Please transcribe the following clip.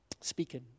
speaking